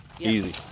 Easy